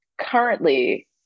currently